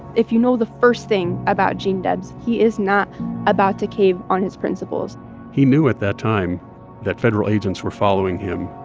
if you know the first thing about gene debs, he is not about to cave on his principles he knew at that time that federal agents were following him.